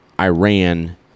iran